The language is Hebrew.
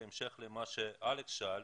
בהמשך למה שאלכס שאל,